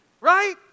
Right